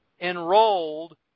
enrolled